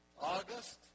August